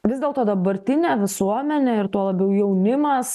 vis dėlto dabartinė visuomenė ir tuo labiau jaunimas